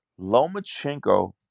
Lomachenko